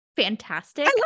fantastic